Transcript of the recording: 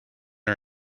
are